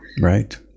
Right